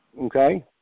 okay